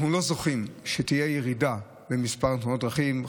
אנחנו לא זוכים שתהיה ירידה במספר תאונות הדרכים.